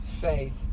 faith